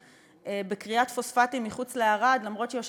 בכריית פוספטים מחוץ לערד למרות העובדה,